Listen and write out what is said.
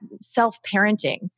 self-parenting